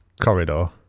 corridor